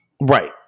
Right